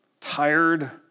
tired